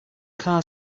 car